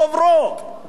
עכשיו תשמע,